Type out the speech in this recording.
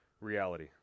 reality